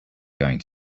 going